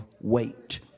weight